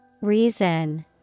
Reason